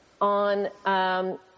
on